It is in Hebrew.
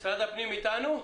משרד הפנים אתנו?